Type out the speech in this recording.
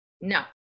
No